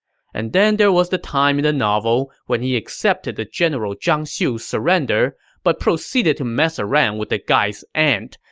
and then there was that time in the novel when he accepted the general zhang xiu's surrender but proceeded to mess around with the guy's aunt,